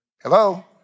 Hello